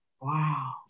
Wow